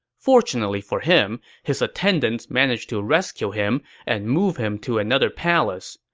fortunately for him, his attendants managed to rescue him and moved him to another palace.